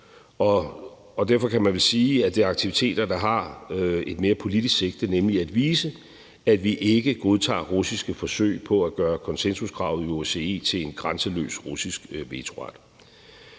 og derfor kan man vel sige, at det er aktiviteter, der har et mere politisk sigte, nemlig at vise, at vi ikke godtager russiske forsøg på at gøre konsensuskravet i OSCE til en grænseløs russisk vetoret.